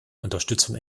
unterstützung